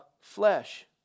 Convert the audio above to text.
flesh